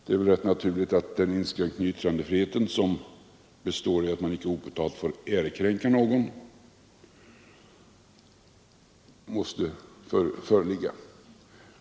Det är rätt naturligt att den inskränkning i yttrandefriheten som består i att man inte oförtalt får ärekränka någon måste föreligga.